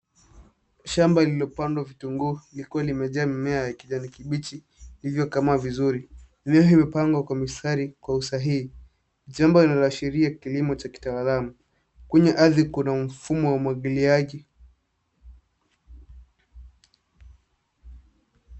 Shamba lililopandwa vitunguu likiwa limejaa mimea ya kijani kibichi, linaonekana vizuri. Mimea imepangwa kwa mistari kwa usahihi. Jambo lina ashiria kilimo cha kitaalamu. Kwenye ardhi kuna mfumo wa umwagiliaji.